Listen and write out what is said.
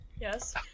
Yes